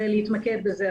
ולהתמקד בזה.